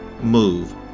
move